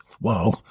Wow